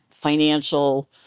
financial